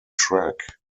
track